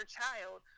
child